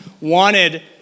wanted